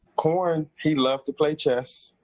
corn, he loved to play chess.